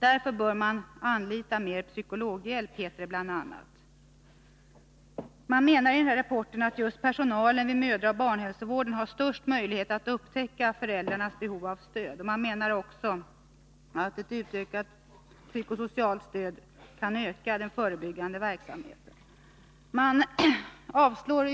Därför bör man anlita mer psykologhjälp, heter det bl.a. Man menar i denna rapport att just personalen vid mödraoch barnhälsovården har störst möjlighet att upptäcka föräldrarnas behov av stöd. Man menar också att med ett utökat psykosocialt stöd ökas den förebyggande verksamheten.